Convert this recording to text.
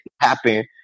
happen